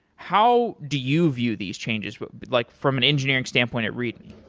how do you view these changes but like from an engineering standpoint at readme?